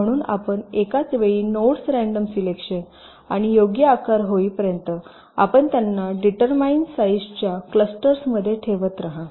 म्हणून आपण एकाच वेळी नोड्स रँडम सिलेक्शन आणि योग्य आकार होईपर्यंत आपण त्यांना डिटरमाईन साईजच्या क्लस्टर्समध्ये ठेवत रहा